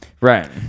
Right